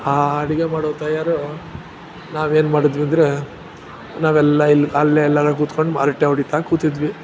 ಆ ಅಡುಗೆ ಮಾಡೋ ತಯಾರಿ ನಾವು ಏನ್ಮಾಡಿದ್ವಿ ಅಂದರೆ ನಾವೆಲ್ಲ ಇಲ್ಲಿ ಅಲ್ಲೇ ಎಲ್ಲರೂ ಕುತ್ಕೊಂಡು ಹರ್ಟೆ ಹೊಡೀತ ಕೂತಿದ್ವಿ